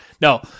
No